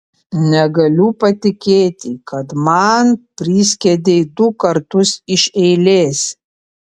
negaliu patikėti kad man priskiedei du kartus iš eilės